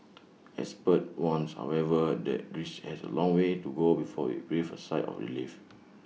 experts warn however that Greece has A long way to go before IT breathe A sigh of relief